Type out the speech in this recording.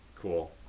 Cool